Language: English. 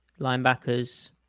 linebackers